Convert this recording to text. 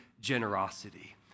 generosity